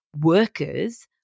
workers